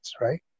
right